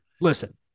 Listen